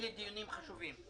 אלו דיונים חשובים.